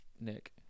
Nick